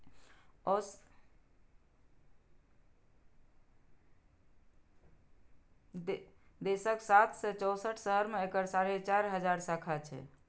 देशक सात सय चौंसठ शहर मे एकर साढ़े चारि हजार शाखा छै